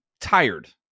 tired